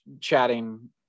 chatting